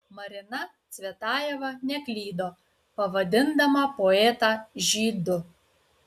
marina cvetajeva neklydo pavadindama poetą žydu